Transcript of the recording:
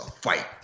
fight